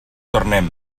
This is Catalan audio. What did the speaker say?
tornem